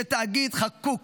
שיהיה תאגיד חקוק